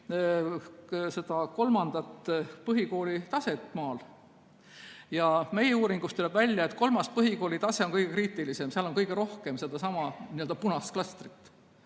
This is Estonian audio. kinni kolmandat põhikoolitaset. Meie uuringust tuleb välja, et kolmas põhikoolitase on kõige kriitilisem, seal on kõige rohkem sedasama punast klastrit.